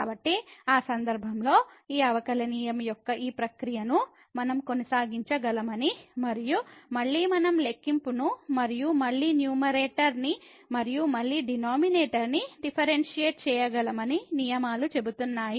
కాబట్టి ఆ సందర్భంలో ఈ అవకలనీయం యొక్క ఈ ప్రక్రియను మనం కొనసాగించగలమని మరియు మళ్ళీ మనం లెక్కింపును మరియు మళ్ళీ న్యూమరేటర్ ని మరియు మళ్ళీ డినామినేటర్ ని డిఫరెన్షిఎయిట్ చేయగలమని నియమాలు చెబుతున్నాయి